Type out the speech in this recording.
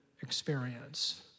experience